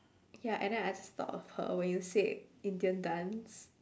ya and then I just thought of her when you said indian dance